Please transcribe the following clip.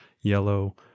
yellow